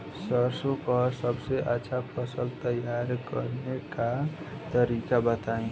सरसों का सबसे अच्छा फसल तैयार करने का तरीका बताई